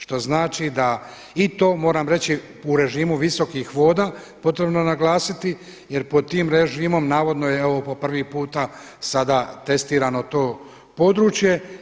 Što znači da, i to moram reći u režimu visokih voda, potrebno naglasiti jer pod tim režimom navodno je ovo po prvi puta sada testirano to područje.